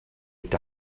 est